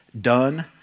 done